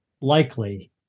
Likely